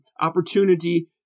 opportunity